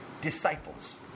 disciples